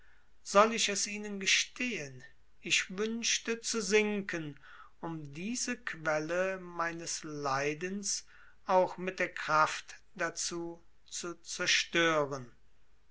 soll ich es ihnen gestehn ich wünschte zu sinken um diese quelle meines leidens auch mit der kraft dazu zu zerstören